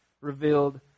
revealed